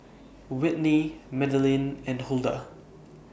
Whitney Madilynn and Huldah